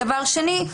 דבר שני,